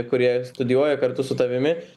kurie studijuoja kartu su tavimi